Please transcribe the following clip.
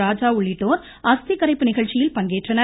ராஜா உள்ளிட்டோர் அஸ்தி கரைப்பு நிகழ்ச்சியில் பங்கேற்றனர்